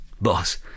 Boss